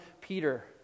Peter